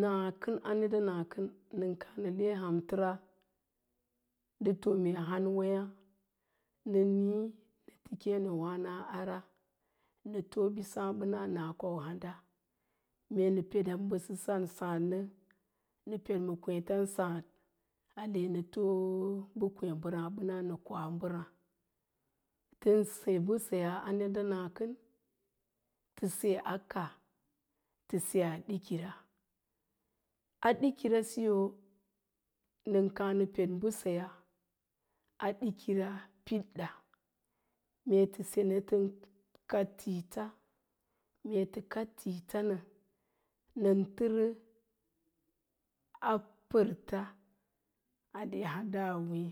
nakən a ɗanda nakən nən káá nə le hamtəra ndə too me hauwééyá nə níí nə ti kéénowáno a ara, nə tii ɓisáá ɓəna na kwau handa, mee nə padaa mbəsəsan sáád nə, nə ped ma kwéétan sáád ale nə too bə kwéé mbəráábəna nə koa mbal ráá, tən se mbəseyaa a ɗenɗa nakən tə se a kaa, tə se a ɗikira, a dikirasiyo nən káá nə ped mbəseyaa a ɗikira piɗɗa, mee tə se nə tən kaɗ tiita, mee tə kaɗ tiitanə nən tərə a pərts ale handa a wéé